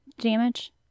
damage